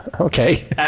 Okay